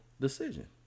decision